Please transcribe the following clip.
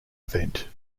event